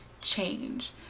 change